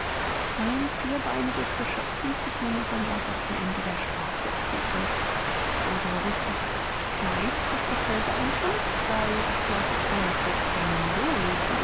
ein vierbeiniges geschöpf ließ sich nämlich am äußersten ende der straße erblicken rosaurus dachte sich gleich daß dasselbe ein hund sei obgleich es keineswegs dem